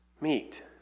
meet